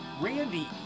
Randy